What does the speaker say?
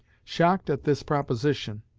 shocked at this proposition,